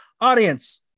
Audience